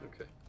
Okay